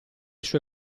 sue